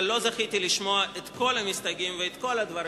אבל לא זכיתי לשמוע את כל המסתייגים ואת כל הדברים.